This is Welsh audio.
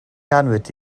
ganwyd